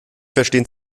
verstehen